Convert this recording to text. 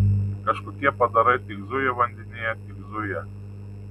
kažkokie padarai tik zuja vandenyje tik zuja